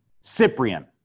Cyprian